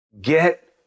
Get